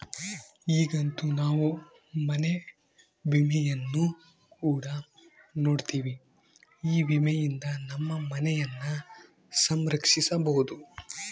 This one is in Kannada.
ಈಗಂತೂ ನಾವು ಮನೆ ವಿಮೆಯನ್ನು ಕೂಡ ನೋಡ್ತಿವಿ, ಈ ವಿಮೆಯಿಂದ ನಮ್ಮ ಮನೆಯನ್ನ ಸಂರಕ್ಷಿಸಬೊದು